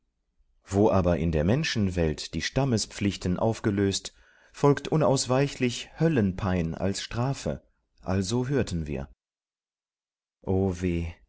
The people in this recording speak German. wo aber in der menschenwelt die stammespflichten aufgelöst folgt unausweichlich höllenpein als strafe also hörten wir o weh